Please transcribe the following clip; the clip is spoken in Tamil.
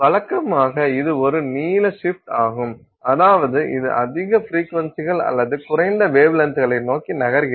வழக்கமாக இது ஒரு நீல சிப்ட் ஆகும் அதாவது இது அதிக ஃப்ரீக்வென்சிகள் அல்லது குறைந்த வேவ்லென்த்களை நோக்கி நகர்கிறது